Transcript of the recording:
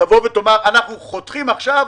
תבוא ותאמר: אנחנו חותכים עכשיו,